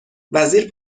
وزیر